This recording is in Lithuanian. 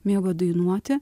mėgo dainuoti